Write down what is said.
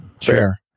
Sure